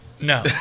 No